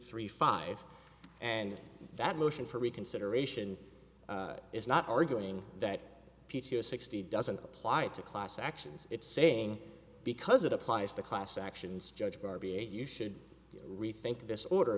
three five and that moot for reconsideration is not arguing that p t o sixty doesn't apply to class actions it's saying because it applies to class actions judge barbie you should rethink this order